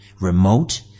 remote